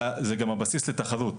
אלא זה גם הבסיס לתחרות.